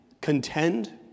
contend